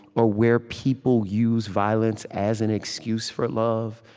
or where people use violence as an excuse for love.